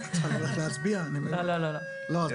זה לא שער ריבית,